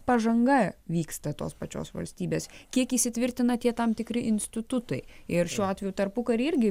pažanga vyksta tos pačios valstybės kiek įsitvirtina tie tam tikri institutai ir šiuo atveju tarpukary irgi